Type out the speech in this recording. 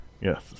Yes